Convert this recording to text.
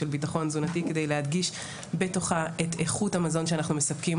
של ביטחון תזונתי כדי להדגיש בתוכה את איכות המזון שאנחנו מספקים